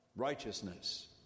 righteousness